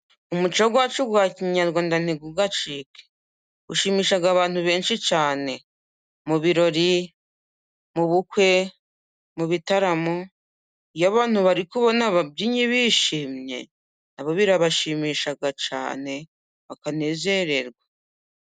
Umuco wacu wa kinyarwanda ntugacike, ushimisha abantu benshi cyane mu birori, mu bukwe, mu bitaramo. Iyo abantu bari kubona ababyinnyi bishimye, nabo birabashimisha cyane bakanezererwa.